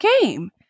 game